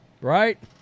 right